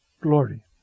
glory